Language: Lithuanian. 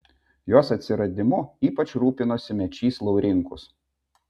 jos atsiradimu ypač rūpinosi mečys laurinkus